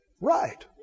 Right